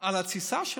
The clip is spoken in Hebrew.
על ההתססה שלו.